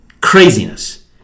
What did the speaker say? craziness